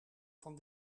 van